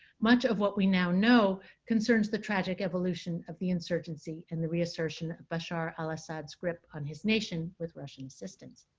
much of what we now know concerns the tragic evolution of the insurgency and the reassertion of bashar al-assad's grip on his nation, with russian assistance.